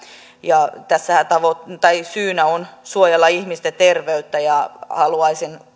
ja tässähän syynä on suojella ihmisten terveyttä ja haluaisin